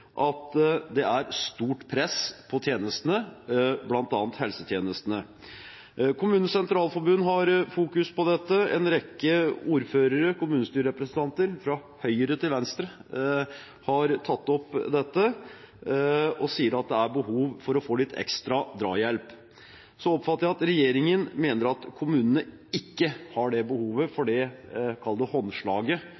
at det er stort press på tjenestene, bl.a. helsetjenestene. KS har fokus på dette. En rekke ordførere og kommunestyrerepresentanter fra høyre til venstre har tatt opp dette og sier at det er behov for litt ekstra drahjelp. Så oppfatter jeg det slik at regjeringen mener at kommunene ikke har behov for det, kall det, håndslaget,